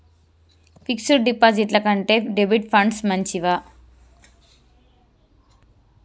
Fix డ్ డిపాజిట్ల కంటే డెబిట్ ఫండ్స్ మంచివా?